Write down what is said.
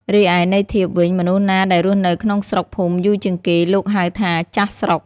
រីឯ ន័យធៀបវិញ មនុស្សណាដែលរស់នៅក្នុងស្រុកភូមិយូរជាងគេ លោកហៅថា «ចាស់ស្រុក» ។